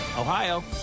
Ohio